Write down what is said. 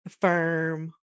firm